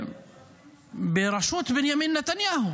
בראשות בנימין נתניהו,